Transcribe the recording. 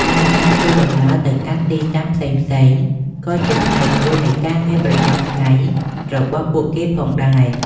ហើយការធ្វើដំណើរទៅកាន់ទីតាំងផ្សេងៗក៏ជាផ្នែកមួយនៃការងារប្រចាំថ្ងៃរបស់ពួកគេផងដែរ។